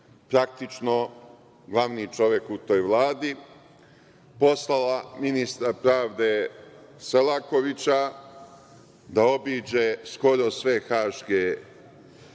praktično glavni čovek u toj Vladi, poslala je ministra pravde Selakovića da obiđe skoro sve haške